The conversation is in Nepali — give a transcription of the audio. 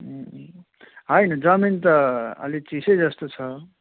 उम्म होइन जमिन त अलि चिसै जस्तै छ